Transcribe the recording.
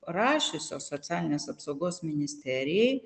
rašiusios socialinės apsaugos ministerijai